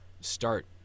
start